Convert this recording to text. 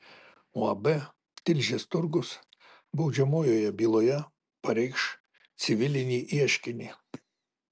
uab tilžės turgus baudžiamojoje byloje pareikš civilinį ieškinį